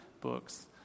books